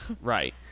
right